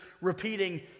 repeating